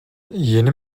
yeni